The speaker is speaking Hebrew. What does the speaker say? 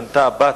פנתה הבת,